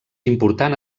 important